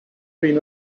been